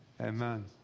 Amen